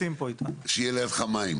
שיהיה לידך מים.